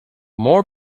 more